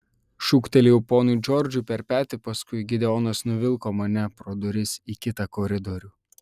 šūktelėjau ponui džordžui per petį paskui gideonas nuvilko mane pro duris į kitą koridorių